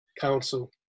council